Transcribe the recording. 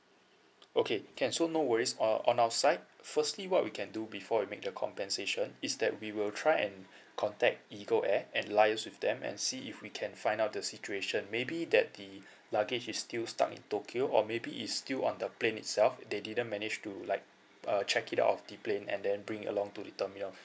okay can so no worries uh on our side firstly what we can do before we make the compensation is that we will try and contact eagle air and liaise with them and see if we can find out the situation maybe that the luggage is still stuck in tokyo or maybe is still on the plane itself they didn't manage to like uh check it out of the plane and then bring it along to the terminal